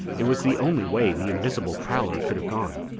it was the only way the invisible prowler could have gone.